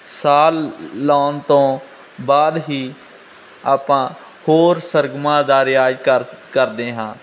ਸਾਹ ਲਾਉਣ ਤੋਂ ਬਾਅਦ ਹੀ ਆਪਾਂ ਹੋਰ ਸਰਗਮਾ ਦਾ ਰਿਆਜ਼ ਕਰ ਕਰਦੇ ਹਾਂ